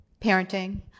parenting